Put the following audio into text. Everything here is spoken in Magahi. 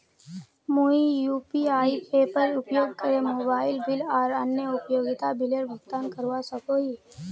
मुई यू.पी.आई एपेर उपयोग करे मोबाइल बिल आर अन्य उपयोगिता बिलेर भुगतान करवा सको ही